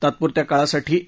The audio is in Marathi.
तात्पुरत्या काळासाठी ए